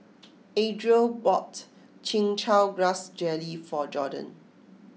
Adriel bought Chin Chow Grass Jelly for Jorden